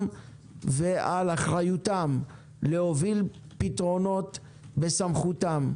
ועל אחריותם להוביל פתרונות שבסמכותם.